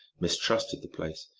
mistrusted the place,